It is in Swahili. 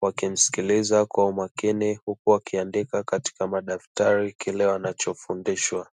wakimsikiliza kwa umakini, huku wakiandika katika madaftari kile wanachofundishwa.